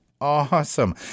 awesome